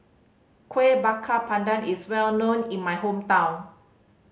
Kuih Bakar Pandan is well known in my hometown